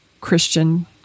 Christian